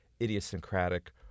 idiosyncratic